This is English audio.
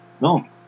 no